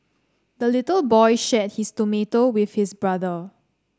the little boy shared his tomato with his brother